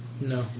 No